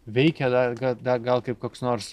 veikia dar dar gal kaip koks nors